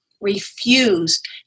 refused